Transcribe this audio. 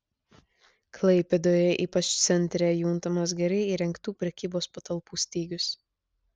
klaipėdoje ypač centre juntamas gerai įrengtų prekybos patalpų stygius